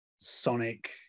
sonic